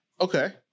Okay